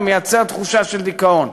ומייצר תחושה של דיכאון,